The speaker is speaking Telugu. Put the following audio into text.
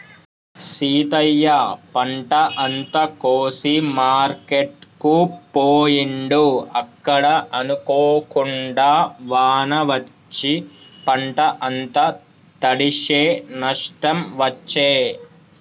సీతయ్య పంట అంత కోసి మార్కెట్ కు పోయిండు అక్కడ అనుకోకుండా వాన వచ్చి పంట అంత తడిశె నష్టం వచ్చే